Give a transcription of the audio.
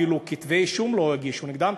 אפילו כתבי-אישום לא הגישו נגדם.